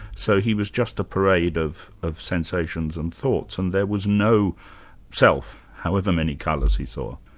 so he was just a parade of of sensations and thoughts and there was no self, however many colours he saw. oh,